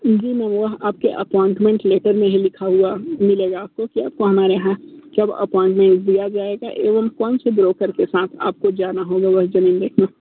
जी ma'am वह आप के अपॉइंटमेंट लेटर में ही लिखा हुआ मिलेगा आप को कि आप को हमारे यहाँ कब अपॉइंटमेंट दिया जाएगा एवं कौन से ब्रोकर के सांथ आप को जाना होगा वही ज़मीन देखने